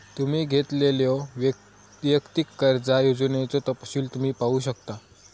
तुम्ही घेतलेल्यो वैयक्तिक कर्जा योजनेचो तपशील तुम्ही पाहू शकता